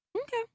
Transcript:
Okay